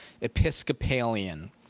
Episcopalian